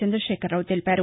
చంద్రశేఖరరావు తెలిపారు